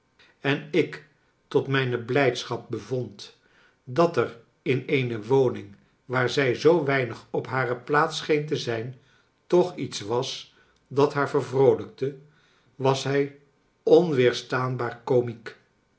en ik tot mijne blijdschap bevond dat er in eene woning waar zij zoo weinig op hare plaats scheen te zijn toch iets was dat haar vervroolijkte was hij onweerstaanbaar komiek